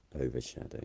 overshadow